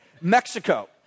Mexico